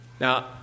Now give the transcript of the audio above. Now